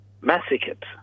massacred